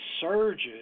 surges